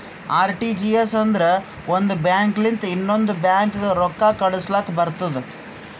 RTGS ಅಂದುರ್ ಒಂದ್ bank ಲಿಂತ ಇನ್ನೊಂದ್ ಬ್ಯಾಂಕ್ಗ ರೊಕ್ಕಾ ಕಳುಸ್ಲಾಕ್ ಬರ್ತುದ್